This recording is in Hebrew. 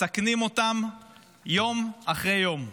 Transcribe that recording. מסכנים אותם יום אחרי יום.